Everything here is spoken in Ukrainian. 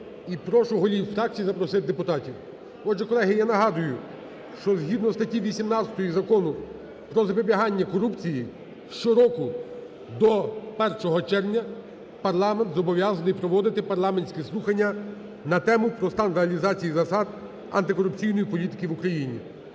прошу голів фракцій запросити депутатів. Отже, колеги, я нагадую, що згідно статті 18 Закону "Про запобігання корупції" щороку до 1 червня парламент зобов'язаний проводити парламентські слухання на тему про стан реалізації засад антикорупційної політики в Україні.